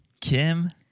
Kim